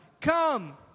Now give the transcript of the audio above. Come